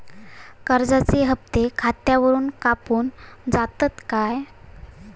कर्जाचे हप्ते खातावरून कापून जातत काय?